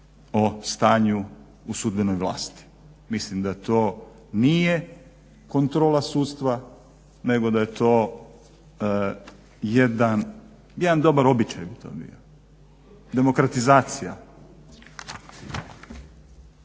o stanju u sudbenoj vlasti. Mislim da to nije kontrola sudstva nego da je to jedan dobar običaj bi to bio, demokratizacija.